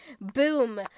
boom